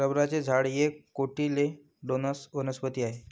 रबराचे झाड एक कोटिलेडोनस वनस्पती आहे